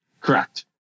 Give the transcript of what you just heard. Correct